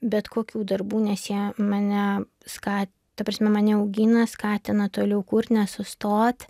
bet kokių darbų nes jie mane ska ta prasme mane augina skatina toliau kurti nesustot